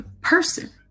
person